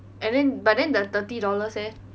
and then but then the thirty dollars eh